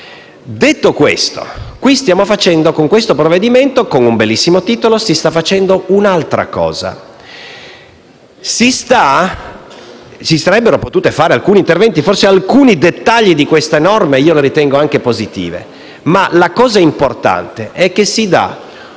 Detto questo, con questo provvedimento, che ha un bellissimo titolo, si sta facendo un'altra cosa. Si sarebbero potuti fare alcuni interventi e alcuni dettagli di queste norme li ritengo anche positivi, ma la cosa importante è che si dà